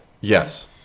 Yes